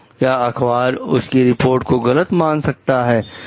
तो क्या अखबार उसकी रिपोर्ट को गलत मान सकता है